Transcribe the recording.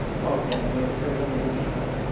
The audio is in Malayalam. ആ ഓക്കെ അങ്ങനെ റിസ്ക്കെടുക്കാൻ നിന്നിട്ടില്ല ഓക്കെ